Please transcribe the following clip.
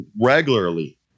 regularly